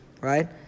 Right